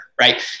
right